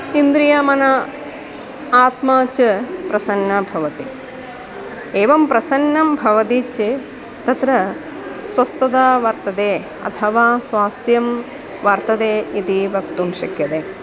इन्द्रियमना आत्मा च प्रसन्नं भवति एवं प्रसन्नं भवति चेत् तत्र स्वस्थता वर्तते अथवा स्वास्थ्यं वर्तते इति वक्तुं शक्यते